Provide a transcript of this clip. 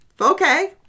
Okay